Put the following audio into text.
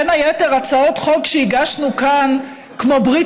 בין היתר הצעות חוק שהגשנו כאן כמו ברית